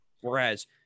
Whereas